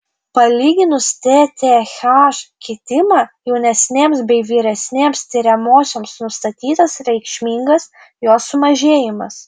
palyginus tth kitimą jaunesnėms bei vyresnėms tiriamosioms nustatytas reikšmingas jo sumažėjimas